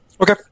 Okay